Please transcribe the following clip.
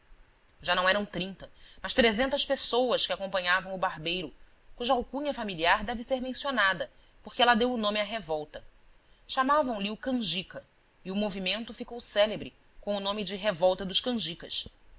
já não eram trinta mas trezentas pessoas que acompanhavam o barbeiro cuja alcunha familiar deve ser mencionada porque ela deu o nome à revolta chamavam-lhe o canjicae o movimento ficou célebre com o nome de revolta dos canjicas